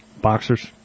Boxers